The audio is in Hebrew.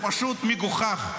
זה פשוט מגוחך.